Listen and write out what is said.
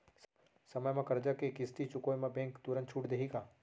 समय म करजा के किस्ती चुकोय म बैंक तुरंत छूट देहि का?